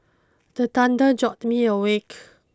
the thunder jolt me awake